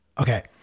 okay